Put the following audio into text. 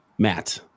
Matt